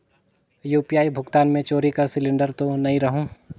UPI भुगतान मे चोरी कर सिलिंडर तो नइ रहु?